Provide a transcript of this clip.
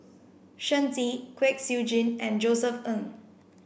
Shen Xi Kwek Siew Jin and Josef Ng